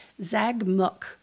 Zagmuk